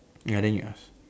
ya then you ask